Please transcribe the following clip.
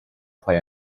play